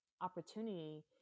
opportunity